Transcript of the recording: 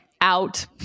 out